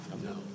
No